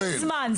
אין זמן.